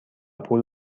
پول